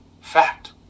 fact